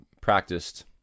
practiced